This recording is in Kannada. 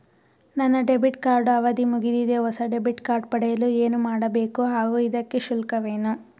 ನನ್ನ ಡೆಬಿಟ್ ಕಾರ್ಡ್ ಅವಧಿ ಮುಗಿದಿದೆ ಹೊಸ ಡೆಬಿಟ್ ಕಾರ್ಡ್ ಪಡೆಯಲು ಏನು ಮಾಡಬೇಕು ಹಾಗೂ ಇದಕ್ಕೆ ಶುಲ್ಕವೇನು?